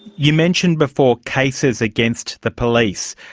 you mentioned before cases against the police.